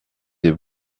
des